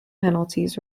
penalties